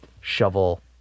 shovel